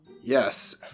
Yes